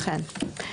אכן.